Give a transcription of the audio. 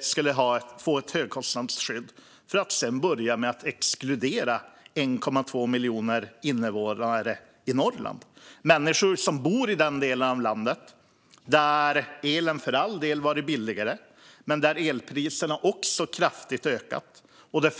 skulle få ett högkostnadsskydd för att sedan börja med att exkludera 1,2 miljoner invånare i Norrland. För människor som bor i den delen av landet har elen för all del varit billigare, men elpriset har ökat kraftigt även där.